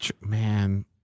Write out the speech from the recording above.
man